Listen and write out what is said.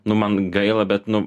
nu man gaila bet nu